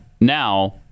now